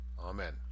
Amen